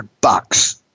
bucks